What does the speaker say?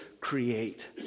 create